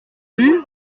rue